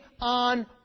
on